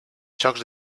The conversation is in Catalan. jocs